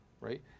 right